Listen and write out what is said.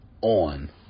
on